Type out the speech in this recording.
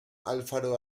alfaro